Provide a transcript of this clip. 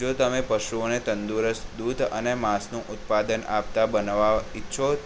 જો તમે પશુઓને તંદુરસ્ત દૂધ અને માસનું ઉત્પાદન આપતા બનાવવા ઈચ્છો